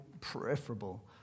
preferable